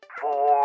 Four